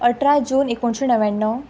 अठरा जून एकोणशें णव्याण्णव